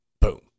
Boom